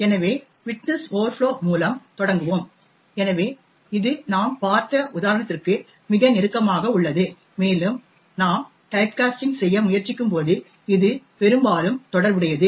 எனவே widthness overflow மூலம் தொடங்குவோம் எனவே இது நாம் பார்த்த உதாரணத்திற்கு மிக நெருக்கமாக உள்ளது மேலும் நாம் டைப்காஸ்டிங் செய்ய முயற்சிக்கும்போது இது பெரும்பாலும் தொடர்புடையது